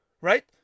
right